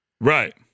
Right